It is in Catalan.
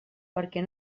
perquè